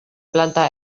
planta